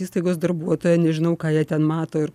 įstaigos darbuotoja nežinau ką jie ten mato ir